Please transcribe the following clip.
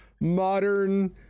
Modern